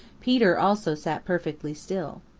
peter also sat perfectly still.